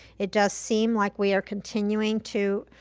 it does seem like we are continuing to,